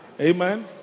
Amen